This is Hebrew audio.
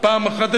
פעם אחת,